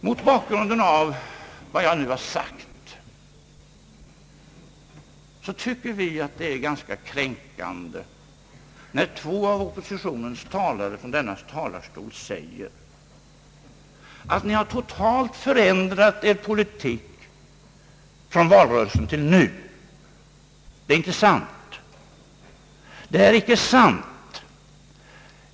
Mot bakgrunden av vad jag nu har sagt tycker vi det är ganska kränkande när två av oppositionens talare från denna talarstol säger, att vi totalt förändrat vår politik från valrörelsen till nu. Det är inte sant.